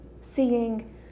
seeing